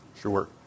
Sure